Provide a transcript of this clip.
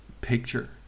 picture